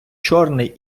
чорний